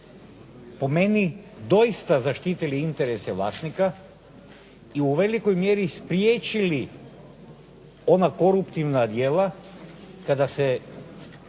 po meni doista zaštitili interese vlasnika i u velikoj mjeri spriječili ona koruptivna djela kada se